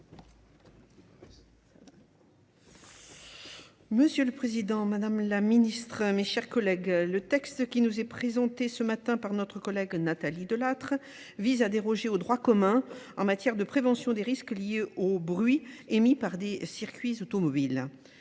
Monsieur le Président, Madame la Ministre, mes chers collègues, le texte qui nous est présenté ce matin par notre collègue Nathalie Delattre vise à déroger aux droits communs en matière de prévention des risques liés au bruit émis par des circuits automobiles.